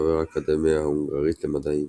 וחבר האקדמיה ההונגרית למדעים.